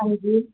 ਹਾਂਜੀ